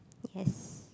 yes